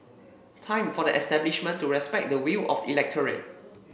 time for the establishment to respect the will of the electorate